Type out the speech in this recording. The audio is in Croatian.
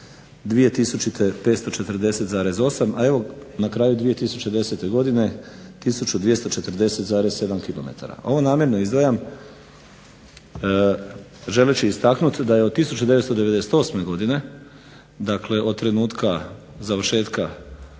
540,8, a evo na kraju 2010. godine 1240,7 km. Ovo namjerno izdvajam želeći istaknuti da je od 1998. godine dakle od trenutka završetka